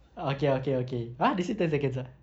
oh okay okay okay !huh! they said ten seconds ah